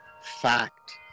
fact